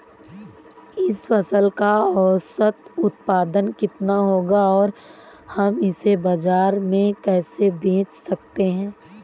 इस फसल का औसत उत्पादन कितना होगा और हम इसे बाजार में कैसे बेच सकते हैं?